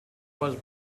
was